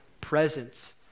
presence